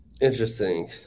Interesting